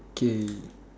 okay